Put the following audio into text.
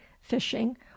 fishing